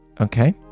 Okay